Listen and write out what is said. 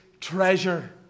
treasure